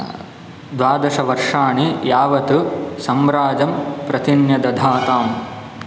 द्वादश वर्षाणि यावत् साम्राज्यं प्रतिन्यदधाताम्